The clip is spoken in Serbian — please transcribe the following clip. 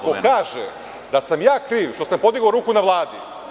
Ako kaže da sam ja kriv što sam podigao ruku na Vladi…